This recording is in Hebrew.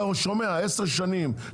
אתה שומע עשר שנים,